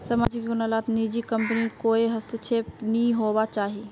सामाजिक योजना लात निजी कम्पनीर कोए हस्तक्षेप नि होवा चाहि